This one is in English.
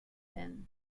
then